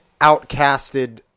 outcasted